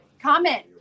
Comment